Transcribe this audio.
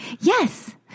Yes